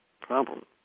problem